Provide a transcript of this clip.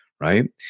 right